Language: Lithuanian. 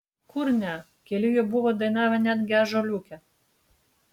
kur ne keli jų buvo dainavę netgi ąžuoliuke